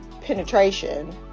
penetration